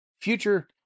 future